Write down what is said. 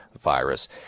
virus